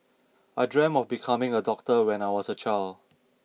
I dreamt of becoming a doctor when I was a child